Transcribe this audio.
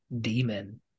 demon